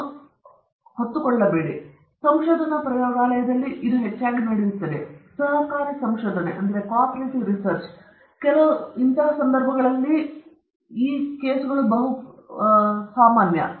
ಇದು ಹೆಚ್ಚಾಗಿ ಸಂಶೋಧನಾ ಪ್ರಯೋಗಾಲಯಗಳಲ್ಲಿ ನಡೆಯುತ್ತದೆ ಮತ್ತು ಸಹಕಾರಿ ಸಂಶೋಧನೆ ಮತ್ತು ಕೆಲವು ಸಂದರ್ಭಗಳಲ್ಲಿ ಸಂಶೋಧನೆ ನಡೆಯುತ್ತದೆ